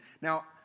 Now